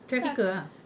trafficker ah